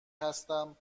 هستم